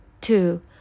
two